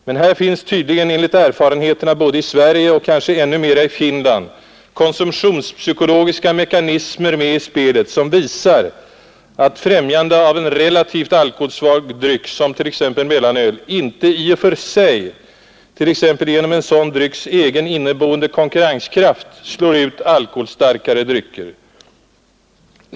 Men här finns tydligen enligt erfarenheterna både i Sverige och kanske ännu mera i Finland konsumtionspsykologiska mekanismer med i spelet som visar att främjande av en relativt alkoholsvag dryck såsom mellanöl inte i och för sig, t.ex. genom en sådan drycks egen inneboende konkurrenskraft, slår ut alkoholstarkare drycker.